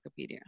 Wikipedia